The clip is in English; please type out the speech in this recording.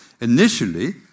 Initially